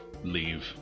Leave